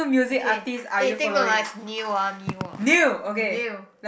okay eh take note ah it's new ah new ah new